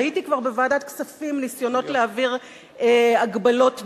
ראיתי כבר בוועדת הכספים ניסיונות להעביר הגבלות דומות,